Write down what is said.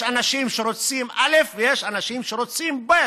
אנשים שרוצים א' ויש אנשים שרוצים ב'.